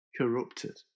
corrupted